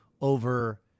over